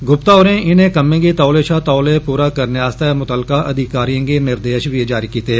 गुप्ता होरे इने कम्मे गी तौले शा तौले पूरा करने आस्तै मुतलका अधिकारिए गी निर्देश दित्ते